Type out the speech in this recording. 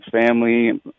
family